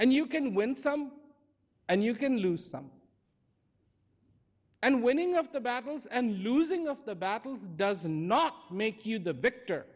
and you can win some and you can lose some and winning of the battles and losing of the battles does not make you the victor